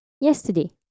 yesterday